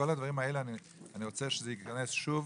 כל הדברים האלה, אני רוצה שזה ייכנס שוב